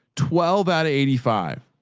twelve at eighty five.